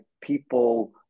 people